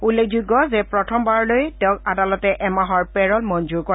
উল্লেখযোগ্য যে প্ৰথমবাৰলৈ তেওঁক আদালতে এমাহৰ পেৰল মঞ্জুৰ কৰে